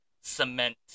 cement